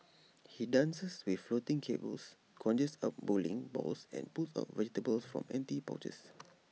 he dances with floating tables conjures up bowling balls or pulls out vegetables from empty pouches